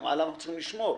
גם עליו צריך לשמור.